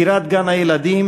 סגירת גן-הילדים